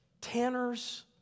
Tanner's